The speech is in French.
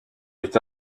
est